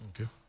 Okay